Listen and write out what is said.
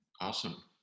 Awesome